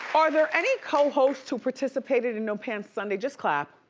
are there any co-hosts who participated in no-pants sunday? just clap.